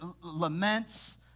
laments